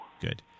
Good